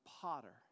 potter